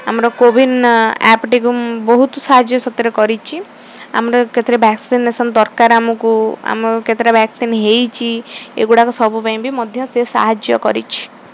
ଆମର କୋୱିନ୍ ଆପ୍ଟି କୁ ମୁଁ ବହୁତ ସାହାଯ୍ୟ ସେଥିରେ କରିଛି ଆମର କେତେଟା ଭ୍ୟାକ୍ସିନେସନ୍ ଦରକାର ଆମକୁ ଆମ କେତେଟା ଭ୍ୟାକ୍ସିନ୍ ହେଇଛି ଏଗୁଡ଼ାକ ସବୁ ପାଇଁ ବି ମଧ୍ୟ ସେ ସାହାଯ୍ୟ କରିଛି